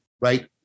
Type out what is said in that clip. right